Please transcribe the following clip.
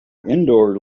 indoor